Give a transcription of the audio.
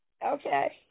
Okay